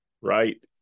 Right